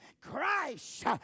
christ